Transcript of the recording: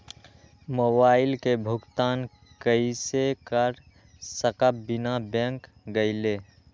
Mobile के भुगतान कईसे कर सकब बिना बैंक गईले?